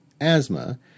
asthma